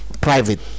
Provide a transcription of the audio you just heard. private